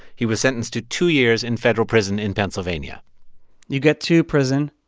he was sentenced to two years in federal prison in pennsylvania you get to prison,